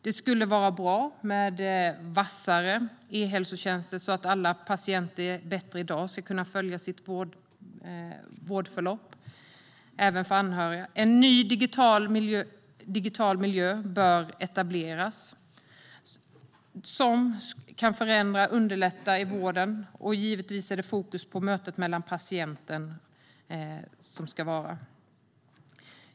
Det skulle vara bra med vassare e-hälsotjänster så att alla patienter och även anhöriga bättre än i dag kan följa sitt vårdförlopp. En ny digital miljö bör etableras som kan förändra och underlätta i vården. Givetvis ligger fokus på mötet med patienten.